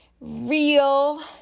real